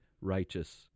righteous